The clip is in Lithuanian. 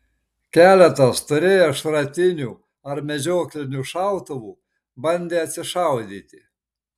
keletas turėję šratinių ar medžioklinių šautuvų bandė atsišaudyti